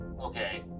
Okay